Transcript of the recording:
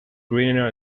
greener